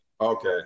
okay